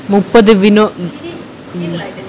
முப்பது:muppathu vino~